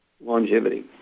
longevity